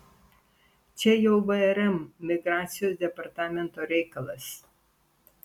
čia jau vrm migracijos departamento reikalas